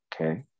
Okay